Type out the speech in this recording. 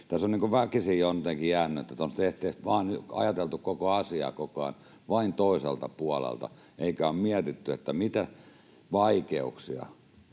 Tässä on väkisin jotenkin jäänyt, että on ajateltu asiaa koko ajan vain toiselta puolelta eikä ole mietitty, mitä vaikeuksia